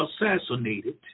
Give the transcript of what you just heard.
assassinated